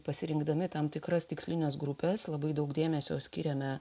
pasirinkdami tam tikras tikslines grupes labai daug dėmesio skiriame